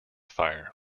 fire